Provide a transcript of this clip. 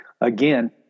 Again